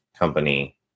company